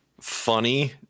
Funny